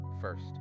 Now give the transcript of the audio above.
first